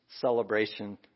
celebration